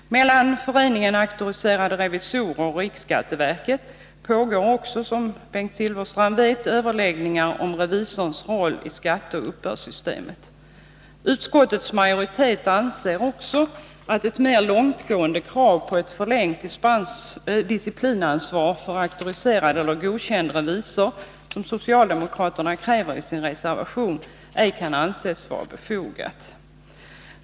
Mellan Föreningen Auktoriserade Revisorer och riksskatteverket pågår också, som Bengt Silfverstrand vet, överläggningar om revisorns roll i skatteoch uppbördssystemet. Utskottets majoritet anser också att ett mer långtgående krav på ett förlängt disciplinansvar för auktoriserad eller godkänd revisor, som socialdemokraterna kräver i sin reservation, ej kan anses vara befogat.